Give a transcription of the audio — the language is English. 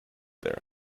there